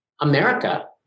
America